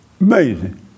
Amazing